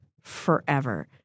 forever